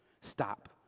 Stop